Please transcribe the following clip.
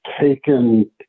taken